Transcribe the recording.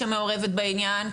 שמעורבת בעניין,